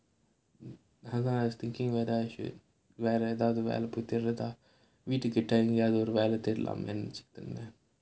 I was thinking whether I should வேற ஏதாது வேலைக்கு தேடறதா வீட்டுக்கு கிட்ட ஏதாது வேலை தேடலாம்னு நினைச்சிட்டு இருந்தேன்:vera ethaathu velaikku thedrathaa veetukku kitta ethaathu velai thedalaamnu ninaichittu irunthaen